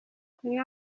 kunywa